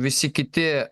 visi kiti